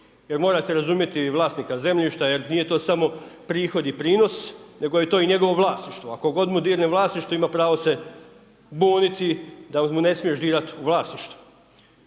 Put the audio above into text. jer morate razumje i vlasnika zemljišta jer nije to samo prihod i prinos nego je to i njegovo vlasništvo. Ako godinu, dvije je na vlasništvu ima pravo se buniti, da mu ne smiješ dirat vlasništvo,